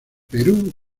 perú